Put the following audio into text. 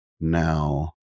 now